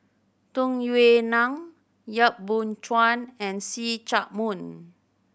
Tung Yue Nang Yap Boon Chuan and See Chak Mun